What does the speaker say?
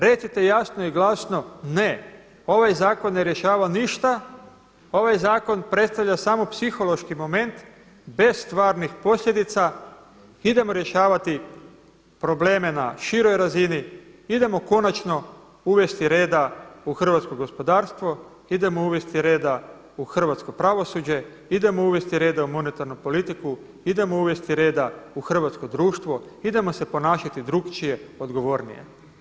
Recite jasno i glasno ne, ovaj zakon ne rješava ništa, ovaj zakon predstavlja samo psihološki moment bez stvarnih posljedica, idemo rješavati probleme na široj razini, idemo konačno uvesti reda u hrvatsko gospodarstvo, idemo uvesti reda u hrvatsko pravosuđe, idemo uvesti reda u monetarnu politiku, idemo uvesti reda u hrvatsko društvo, idemo se ponašati drukčije, odgovornije.